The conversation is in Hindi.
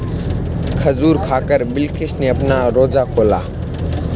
खजूर खाकर बिलकिश ने अपना रोजा खोला